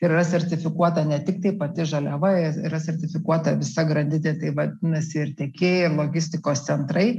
yra sertifikuota ne tiktai pati žaliava yra sertifikuota visa grandinė tai vadinasi ir tiekėjai ir logistikos centrai